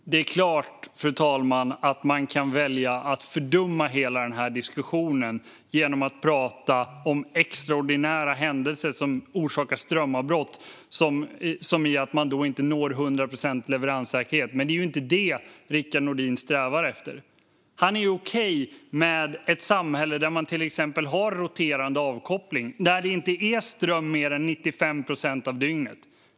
Fru talman! Det är klart att man kan välja att fördumma hela diskussionen genom att tala om extraordinära händelser som orsakar strömavbrott som något som innebär att man inte når 100 procents leveranssäkerhet. Men det är ju inte det Rickard Nordin strävar efter. Han är okej med ett samhälle där man till exempel har roterande avkoppling och där det inte är ström mer än 95 procent av dygnet.